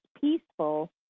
peaceful